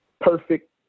perfect